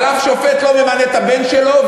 אבל אף שופט לא ממנה את הבן שלו,